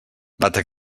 bata